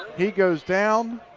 he goes down,